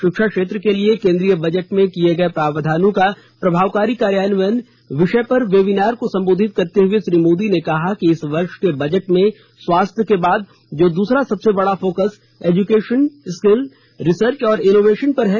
शिक्षा क्षेत्र के लिए केन्द्रीय बजट में किये गए प्रावधानों का प्रभावकारी कार्यान्वयन विषय पर वेबिनार को संबोधित करते हुए श्री मोदी ने कहा कि इस वर्ष के बजट में स्वास्थ्य के बाद जो दूसरा सबसे बड़ा फोकस एजुकेशन स्किल रिसर्च और इनोवेशन पर है